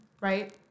right